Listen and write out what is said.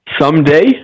Someday